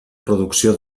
producció